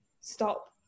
stop